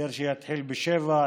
סגר שיתחיל ב-19:00,